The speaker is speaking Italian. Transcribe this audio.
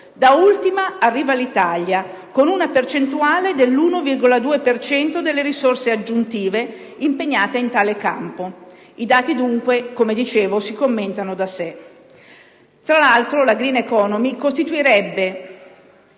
Da ultima arriva l'Italia, con una percentuale dell'1,2 per cento delle risorse aggiuntive impegnate in tale campo. I dati, come dicevo, si commentano da sé. Tra l'altro, la *green economy* costituirebbe,